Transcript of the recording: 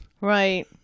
Right